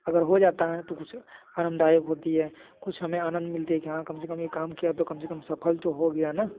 अगर हो जाता है तो कुछ आरामदायक होती है कुछ हमें आनंद मिलती है हाँ कम से कम एक काम किया तो कम से कम सफल तो हो गया ना